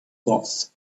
cloths